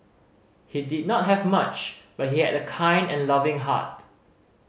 he did not have much but he had a kind and loving heart